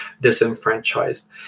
disenfranchised